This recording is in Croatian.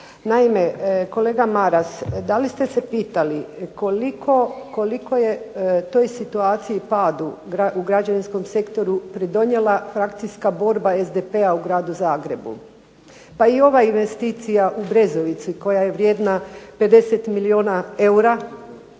Naime, kolega Maras da li ste se pitali koliko je toj situaciji, padu u građevinskom sektoru pridonijela frakcijska borba SDP-a u Gradu Zagrebu. Pa i ova investicija u Brezovici koja je vrijedna 50 milijuna eura